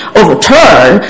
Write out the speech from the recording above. overturn